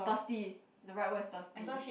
thirsty the right word is thirsty